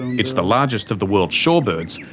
it's the largest of the world's shorebirds,